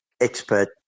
expert